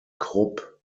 krupp